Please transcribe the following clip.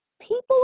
people